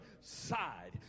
side